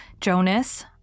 Jonas